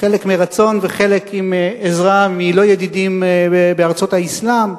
חלק מרצון וחלק עם עזרה מלא-ידידים בארצות האסלאם,